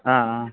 ஆ ஆ